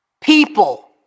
People